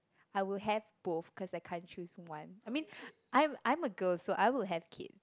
I will have both cause I can't choose one I mean I'm I'm a girl so I will have kid